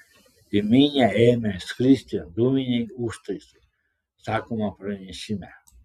į minią ėmė skristi dūminiai užtaisai sakoma pranešime